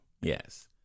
Yes